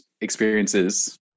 experiences